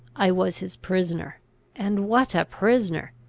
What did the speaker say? i was his prisoner and what a prisoner!